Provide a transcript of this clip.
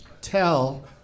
tell